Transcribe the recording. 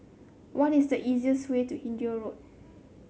what is the easiest way to Hindhede Road